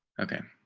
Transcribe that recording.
okay.